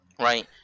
right